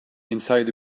inside